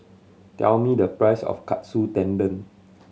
tell me the price of Katsu Tendon